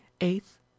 eighth